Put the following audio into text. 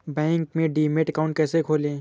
Bank में demat account कैसे खोलें?